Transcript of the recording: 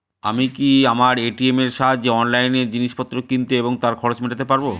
আমি কি আমার এ.টি.এম এর সাহায্যে অনলাইন জিনিসপত্র কিনতে এবং তার খরচ মেটাতে পারব?